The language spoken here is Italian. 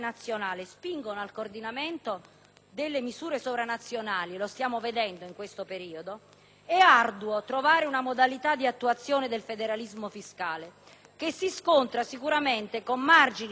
delle misure sovranazionali» - come accade negli ultimi tempi - «è arduo trovare una modalità di attuazione del federalismo fiscale, che si scontra sicuramente con margini di decentramento interno ristretti